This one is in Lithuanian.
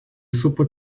supa